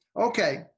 okay